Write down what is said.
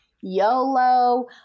YOLO